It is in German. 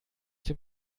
dem